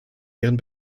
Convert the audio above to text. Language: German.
ihren